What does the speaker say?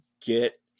get